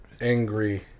angry